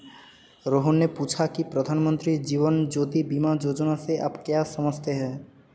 रोहन ने पूछा की प्रधानमंत्री जीवन ज्योति बीमा योजना से आप क्या समझते हैं?